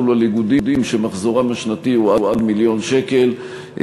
על איגודים שמחזורם השנתי הוא עד מיליון שקל,